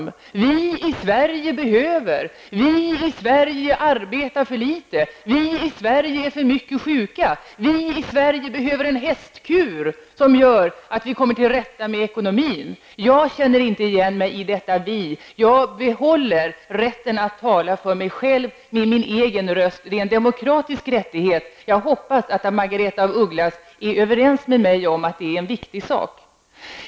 Han säger: Vi i Sverige behöver. Vi i Sverige arbetar för litet. Vi i Sverige är för mycket sjuka. Vi i Sverige behöver en hästkur som gör att vi kommer till rätta med ekonomin. Jag känner inte igen mig i detta vi, jag behåller rätten att tala för mig själv med min egen röst. Det är en demokratisk rättighet. Jag hoppas att Margaretha af Ugglas är överens med mig om att det är en viktig sak.